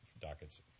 dockets